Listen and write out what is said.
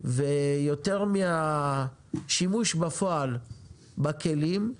ויותר מהשימוש בפועל בכלים,